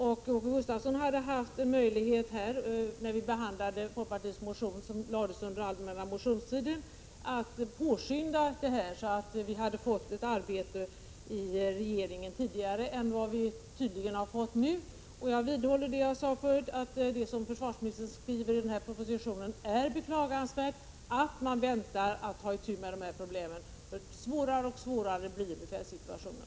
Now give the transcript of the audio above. När vi behandlade folkpartiets motion, som väcktes under allmänna motionstiden, hade Åke Gustavsson haft möjlighet att påskynda saken, så att det hade blivit arbete i regeringen tidigare än vad det tydligen blivit nu. Jag vidhåller vad jag sade förut, att det som försvarsministern skriver i den här propositionen är beklagligt — att man väntar med att ta itu med dessa problem. Svårare och svårare blir befälssituationen.